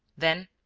then,